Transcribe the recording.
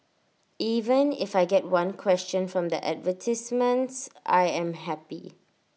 even if I get one question from the advertisements I am happy